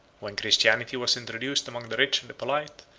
when christianity was introduced among the rich and the polite,